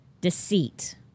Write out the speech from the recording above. deceit